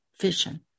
vision